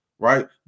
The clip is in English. right